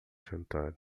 jantar